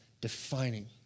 defining